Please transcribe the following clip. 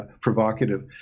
provocative